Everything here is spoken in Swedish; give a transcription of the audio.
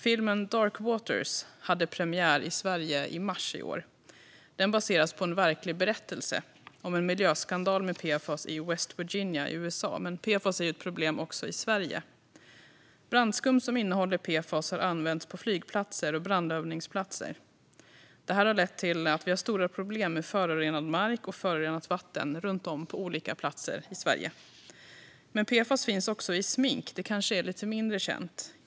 Filmen Dark W aters hade premiär i Sverige i mars i år. Den baseras på en verklig berättelse om en miljöskandal med PFAS i West Virginia i USA, men PFAS är ett problem också i Sverige. Brandskum som innehåller PFAS har använts på flygplatser och brandövningsplatser. Detta har lett till att vi har stora problem med förorenad mark och förorenat vatten på olika platser runt om i Sverige. PFAS finns också i smink, vilket kanske är lite mindre känt.